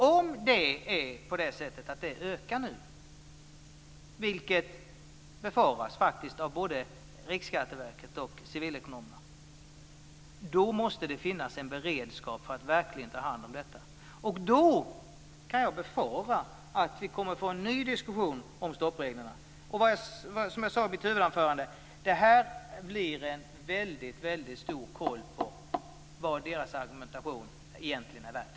Om det är på det sättet att detta nu ökar, vilket faktiskt befaras av både Riksskatteverket och Civilekonomerna, måste det finnas en beredskap för att verkligen ta hand om detta. Då kan jag befara att vi kommer att få en ny diskussion om stoppreglerna. Som jag sade i mitt huvudanförande blir det en väldigt stor koll på vad deras argumentation är värd.